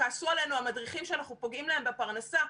כעסו עלינו המדריכים שאנחנו פוגעים להם בפרנסה.